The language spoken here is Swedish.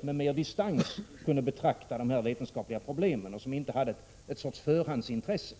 med mer distans kunde betrakta dessa vetenskapliga problem och som inte hade någon sorts förhandsintresse.